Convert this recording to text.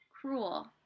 cruel